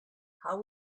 how